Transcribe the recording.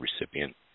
recipient